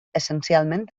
essencialment